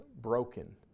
broken